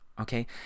Okay